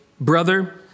brother